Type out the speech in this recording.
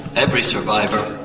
every survivor